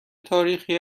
تاریخی